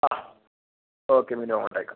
ആ okay menu അങ്ങോട്ടയക്കാം